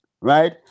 right